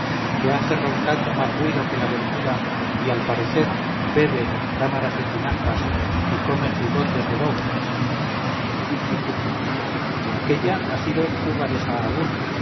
que hace roncando más ruido que la bermuda y al parecer cámaras de tinajas y come jigotes de bóvedas aquélla ha sido cuba de sahagún